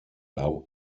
nau